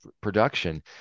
production